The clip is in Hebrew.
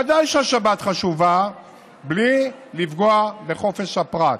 ודאי שהשבת חשובה בלי לפגוע בחופש הפרט.